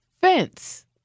fence